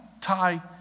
tie